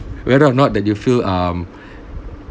whether or not that you feel um